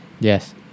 Yes